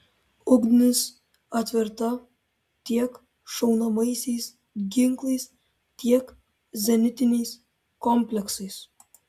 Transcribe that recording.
ugnis atverta tiek šaunamaisiais ginklais tiek zenitiniais kompleksais